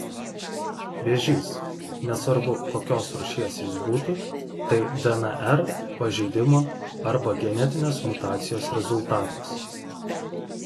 vėžys nesvarbu kokios rūšies jis būtų tai dnr pažeidimo arba genetinės mutacijos rezultatas